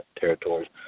territories